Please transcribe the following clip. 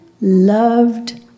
loved